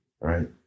right